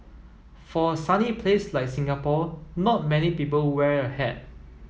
for a sunny place like Singapore not many people wear a hat